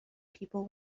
people